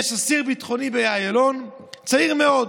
יש אסיר ביטחוני באיילון, צעיר מאוד,